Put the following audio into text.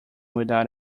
without